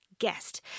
guest